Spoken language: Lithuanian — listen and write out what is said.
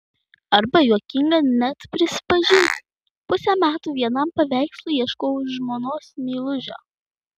arba juokinga net prisipažinti pusę metų vienam paveikslui ieškojau žmonos meilužio